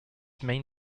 main